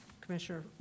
Commissioner